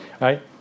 right